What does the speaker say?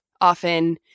often